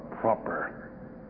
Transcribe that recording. proper